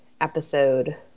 episode